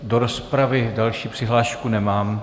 Do rozpravy další přihlášku nemám...